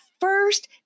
first